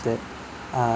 that err